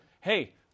hey